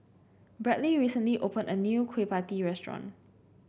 Bradley recently opened a new Kueh Pie Tee restaurant